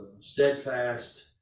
steadfast